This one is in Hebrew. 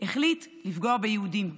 החליט לפגוע ביהודים.